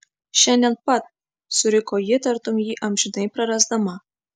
šiandien pat suriko ji tartum jį amžinai prarasdama